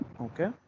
Okay